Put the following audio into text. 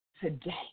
today